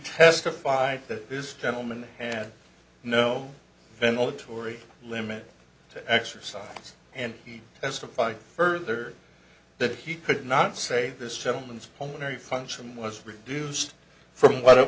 testified that this gentleman had no been on the tory limit to exercise and he testified further that he could not say this gentleman is pulmonary function was reduced from what it